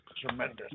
tremendous